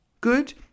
good